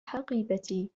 حقيبتي